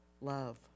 love